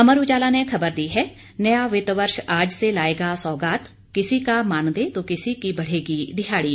अमर उजाला ने खबर दी है नया वित्त वर्ष आज से लाएगा सौगात किसी का मानदेय तो किसी की बढ़ेगी दिहाड़ी